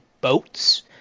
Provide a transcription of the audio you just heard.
boats